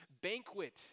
banquet